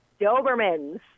Dobermans